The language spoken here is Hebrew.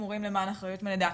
הורים למען אחריות מלידה.